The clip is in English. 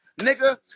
nigga